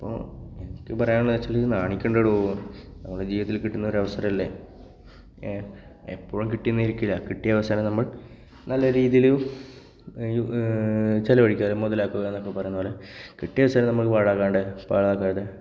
ഇപ്പോൾ എനിക്ക് പറയാനുള്ളതെന്ന് വച്ചാൽ നാണിക്കണ്ടടൊ നമ്മളെ ജീവിതത്തിൽ കിട്ടുന്നൊരു അവസരമല്ലേ എപ്പോഴും കിട്ടിയെന്ന് ഇരിക്കില്ല കിട്ടിയ അവസരം നമ്മൾ നല്ല രീതിയിൽ ചെലവഴിക്കുക മുതലാക്കുക എന്നൊക്കെ പറയുന്ന പോലെ കിട്ടിയ അവസരം നമ്മൾ പാഴാക്കാതെ